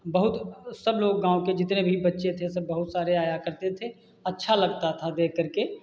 बहुत सब लोग गाँव के जितने भी बच्चे थे सब बहुत सारे आया करते थे अच्छा लगता था देख करके